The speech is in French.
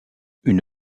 une